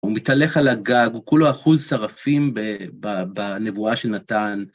הוא מתהלך על הגג, הוא כולו אחוז שרפים בנבואה של נתן.